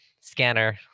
scanner